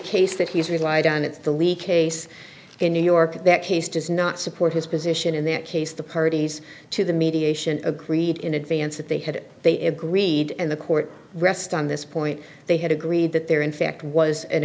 case that he's relied on it's the leak case in new york that case does not support his position in that case the parties to the mediation agreed in advance that they had they agreed and the court rest on this point they had agreed that there in fact was an